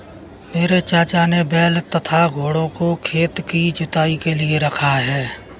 मेरे चाचा ने बैल तथा घोड़ों को खेत की जुताई के लिए रखा है